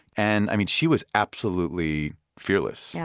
and she was absolutely fearless. yeah